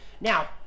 Now